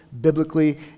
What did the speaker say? biblically